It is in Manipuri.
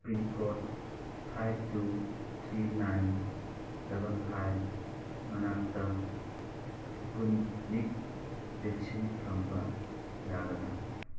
ꯄꯤꯟ ꯀꯣꯗ ꯐꯥꯏꯕ ꯇꯨ ꯊ꯭ꯔꯤ ꯅꯥꯏꯟ ꯗꯕꯜ ꯐꯥꯏꯕ ꯃꯅꯥꯛꯇ ꯏꯁꯄꯨꯠꯅꯤꯛ ꯕꯦꯛꯁꯤꯟ ꯐꯪꯕ ꯌꯥꯒꯗ꯭ꯔꯥ